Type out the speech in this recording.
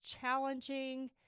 challenging